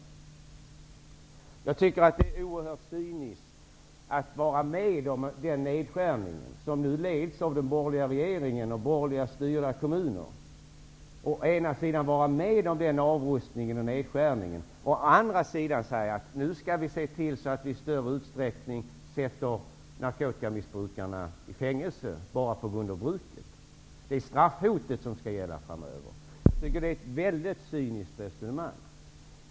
Det är oerhört cyniskt att man å ena sidan är med om den nedskärning som nu leds av den borgerliga regeringen och av borgerligt styrda kommuner, och att man å andra sidan säger att narkotikamissbrukarna i större utsträckning, på grund av själva bruket, skall sättas i fängelse. Det är straffhotet som framöver skall gälla. Det är ett väldigt cyniskt resonemang.